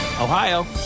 Ohio